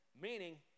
Meaning